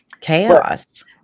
chaos